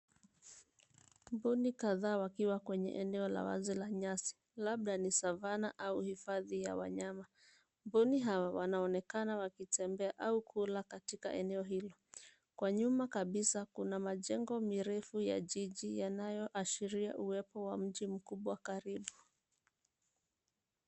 Mbuni kadhaa wakiwa kwenye eneo la wazi la nyasi, labda ni savana au hifadhi ya wanyama. Mbuni hao wanaonekana wakitembea au kula katika eneo hilo. Kwa nyuma kabisa kuna majengo mirefu ya jiji yanayoashiria uwepo wa mji mkubwa karibu.